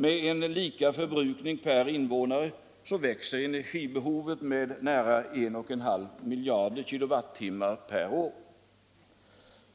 Med en lika förbrukning per invånare växer energibehovet med nära 1,5 miljarder kWh per år.